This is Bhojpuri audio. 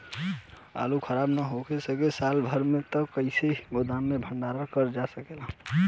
आलू खराब न हो सके साल भर तक कइसे गोदाम मे भण्डारण कर जा सकेला?